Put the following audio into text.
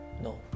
No